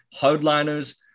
hardliners